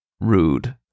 rude